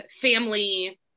family